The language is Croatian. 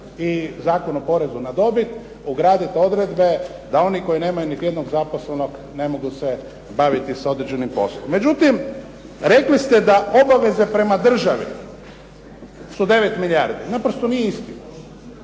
i Zakon o porezu na dobit ugraditi odredbe da oni koji nemaju niti jednog zaposlenog ne mogu se baviti sa određenim poslom. Međutim, rekli ste da obaveze prema državi su 9 milijardi. To naprosto nije istina.